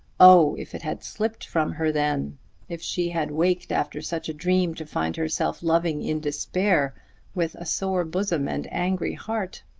oh, if it had slipped from her then if she had waked after such a dream to find herself loving in despair with a sore bosom and angry heart!